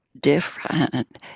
different